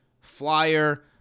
flyer